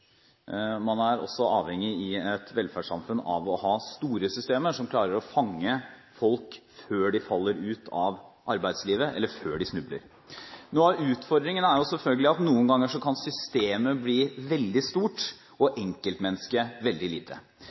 man også avhengig av å ha store systemer som klarer å fange opp folk før de faller ut av arbeidslivet, eller før de snubler. Noe av utfordringen er selvfølgelig at noen ganger kan systemet bli veldig stort og enkeltmennesket veldig lite.